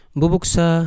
bubuksa